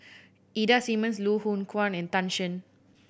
Ida Simmons Loh Hoong Kwan and Tan Shen